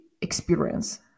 experience